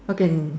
how can